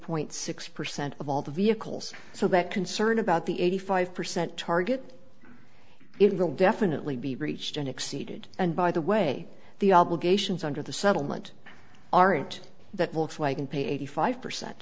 point six percent of all the vehicles so that concern about the eighty five percent target it will definitely be reached and exceeded and by the way the obligations under the settlement aren't that will pay eighty five percent